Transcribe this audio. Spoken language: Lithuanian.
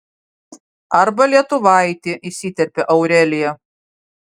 arba lietuvaitį įsiterpia aurelija